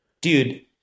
Dude